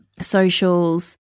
socials